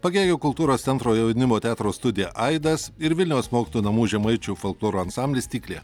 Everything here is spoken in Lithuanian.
pagėgių kultūros centro jaunimo teatro studija aidas ir vilniaus mokytojų namų žemaičių folkloro ansamblis tiklė